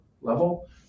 level